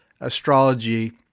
astrology